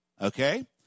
Okay